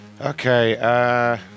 Okay